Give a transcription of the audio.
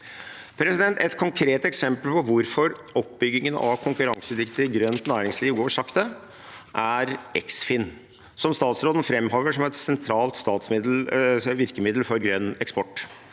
sluttfase. Et konkret eksempel på hvorfor oppbyggingen av konkurransedyktig grønt næringsliv går sakte, er Eksfin, som statsråden framhever som et sentralt virkemiddel for grønn eksport.